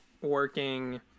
working